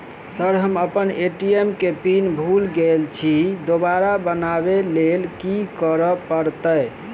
Sir हम अप्पन ATM केँ पिन भूल गेल छी दोबारा बनाबै लेल की करऽ परतै?